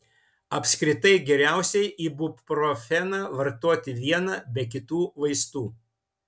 apskritai geriausiai ibuprofeną vartoti vieną be kitų vaistų